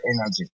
energy